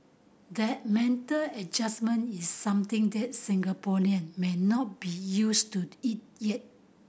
that mental adjustment is something that Singaporean may not be used to it yet